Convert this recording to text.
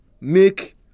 make